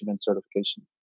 certification